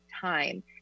time